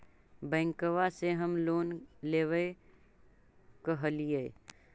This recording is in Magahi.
बैंकवा से हम लोन लेवेल कहलिऐ?